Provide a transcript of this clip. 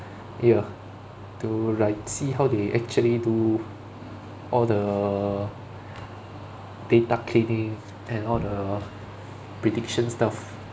ya to like see how they actually do all the data cleaning and all the prediction stuff